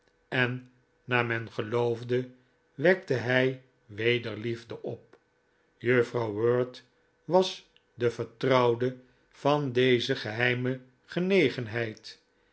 en naar men geloofde wekte hij wederliefde op juffrouw wirt was de vertrouwde van deze geheime genegenheid